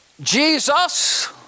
Jesus